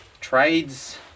trades